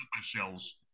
shells